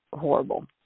horrible